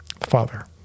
Father